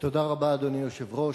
תודה רבה, אדוני היושב-ראש.